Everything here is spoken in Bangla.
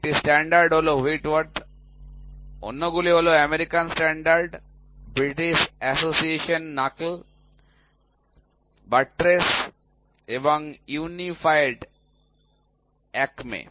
একটি স্ট্যান্ডার্ড হল হুইটওয়ার্থ অন্য গুলি হল American standard British association knuckle buttress এবং ইউনিফাইড অ্যাকমে